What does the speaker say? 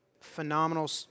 phenomenal